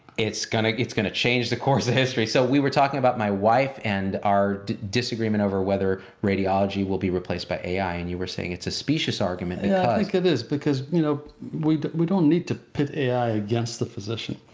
it's gonna it's gonna change the course of history. so we were talking about my wife and our disagreement over whether radiology will be replaced by ai. and you were saying it's a specious argument. yeah, i think it is because you know we we don't need to pit ai against the physician.